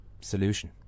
solution